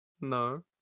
No